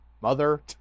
mother